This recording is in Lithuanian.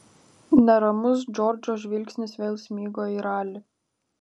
neramus džordžo žvilgsnis vėl smigo į ralį